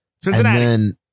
Cincinnati